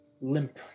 limp